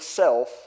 self